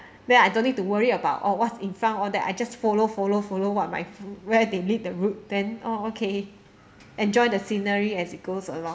then I don't need to worry about oh what's in front all that I just follow follow follow what my where they lead the route then oh okay enjoy the scenery as it goes along